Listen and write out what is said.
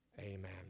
Amen